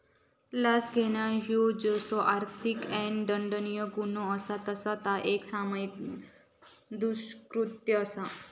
लाच घेणा ह्यो जसो आर्थिक आणि दंडनीय गुन्हो असा तसा ता एक सामाजिक दृष्कृत्य असा